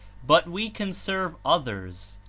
but we can serve others.